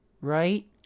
Right